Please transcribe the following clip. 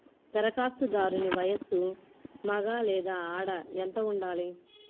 ధరఖాస్తుదారుని వయస్సు మగ లేదా ఆడ ఎంత ఉండాలి?